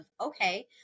okay